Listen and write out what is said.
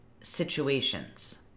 situations